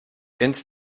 ins